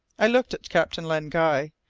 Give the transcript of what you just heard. i looked at captain len guy.